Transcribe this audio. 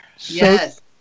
Yes